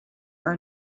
are